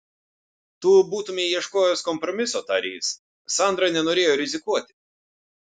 tu būtumei ieškojęs kompromiso tarė jis sandra nenorėjo rizikuoti